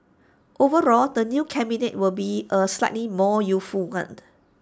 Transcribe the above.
overall the new cabinet will be A slightly more youthful one